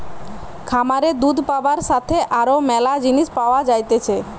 খামারে দুধ পাবার সাথে আরো ম্যালা জিনিস পাওয়া যাইতেছে